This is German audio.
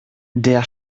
der